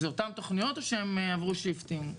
אלה אותן תכניות או שהן עברו שיפטינג?